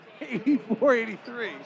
84-83